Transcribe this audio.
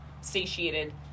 satiated